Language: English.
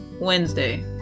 Wednesday